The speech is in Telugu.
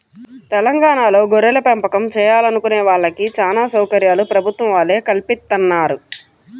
తెలంగాణాలో గొర్రెలపెంపకం చేయాలనుకునే వాళ్ళకి చానా సౌకర్యాలు ప్రభుత్వం వాళ్ళే కల్పిత్తన్నారు